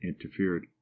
interfered